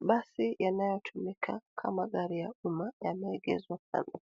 Basi yanayotumika kama gari ya umma yameegezwa kando.